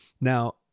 Now